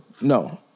No